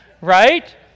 Right